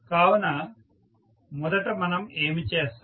కావున మొదట మనం ఏమి చేస్తాం